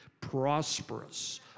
prosperous